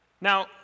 Now